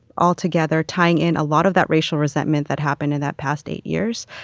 altogether tying in a lot of that racial resentment that happened in that past eight years,